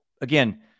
again